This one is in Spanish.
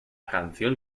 canción